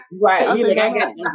Right